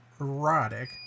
erotic